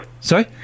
Sorry